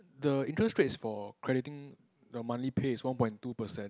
the interest rates for crediting the monthly pay is one point two percent